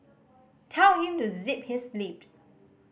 tell him to zip his lip